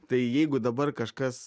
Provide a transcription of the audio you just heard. tai jeigu dabar kažkas